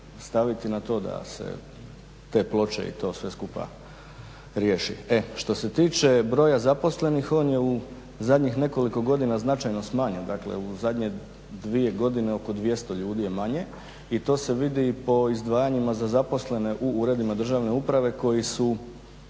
staviti na to da se te ploče i to sve skupa riješi. Što se tiče broja zaposlenih, on je u zadnjih nekoliko godina značajno smanjen, dakle u zadnje 2 godine oko 200 ljudi je manje i to se vidi po izdvajanjima za zaposlene u uredima državne uprave koji su